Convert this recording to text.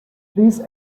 please